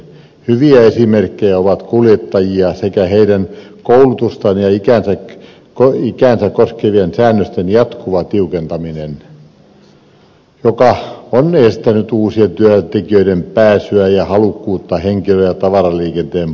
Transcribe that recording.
hyvä esimerkki on kuljettajia sekä heidän koulutustaan ja ikäänsä koskevien säännösten jatkuva tiukentaminen joka on estänyt uusien työntekijöiden pääsyä ja halukkuutta henkilö ja tavaraliikenteen puolelle